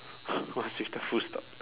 what's with the full stop